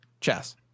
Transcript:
chess